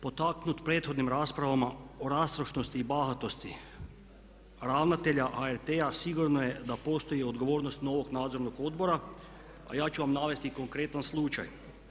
Potaknut prethodnim raspravama o rastrošnosti i bahatosti ravnatelja HRT-a sigurno je da postoji odgovornost novog Nadzornog odbora, a ja ću vam navesti i konkretan slučaj.